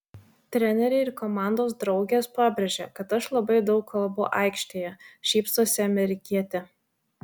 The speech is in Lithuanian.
treneriai ir komandos draugės pabrėžia kad aš labai daug kalbu aikštėje šypsosi amerikietė